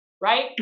right